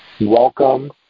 welcome